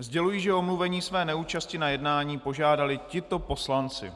Sděluji, že o omluvení své neúčasti na jednání požádali tito poslanci: